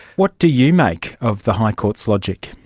what do you make of the high court's logic?